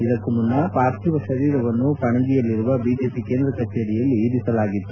ಇದಕ್ಕೂ ಮುನ್ನ ಪಾರ್ಥಿವ ಶರೀರವನ್ನು ಪಣಜಿಯಲ್ಲಿರುವ ಬಿಜೆಪಿ ಕೇಂದ್ರ ಕಚೇರಿಯಲ್ಲಿ ಇರಿಸಲಾಗಿತ್ತು